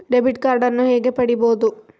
Debit ಕಾರ್ಡನ್ನು ಹೇಗೆ ಪಡಿಬೋದು?